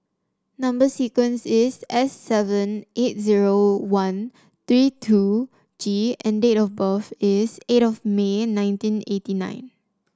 number sequence is S seven nine eight zero one three two G and date of birth is eight of May nineteen eighty nine